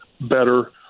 better